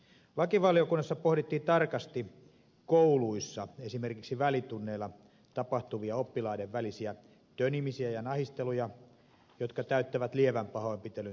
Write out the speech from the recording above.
lakivaliokunnassa pohdittiin tarkasti kouluissa esimerkiksi välitunneilla tapahtuvia oppilaiden välisiä tönimisiä ja nahisteluja jotka täyttävät lievän pahoinpitelyn tunnusmerkistön